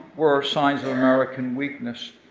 were signs of american weakness.